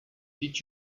did